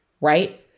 right